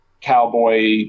cowboy